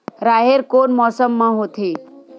राहेर कोन मौसम मा होथे?